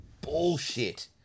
bullshit